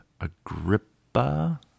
Agrippa